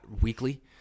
weekly